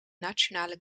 nationale